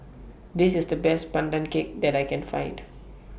This IS The Best Pandan Cake that I Can Find